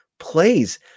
plays